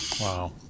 Wow